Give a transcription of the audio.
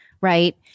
Right